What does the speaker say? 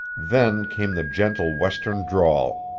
then came the gentle western drawl.